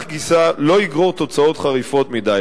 גיסא לא יגרור תוצאות חריפות מדי.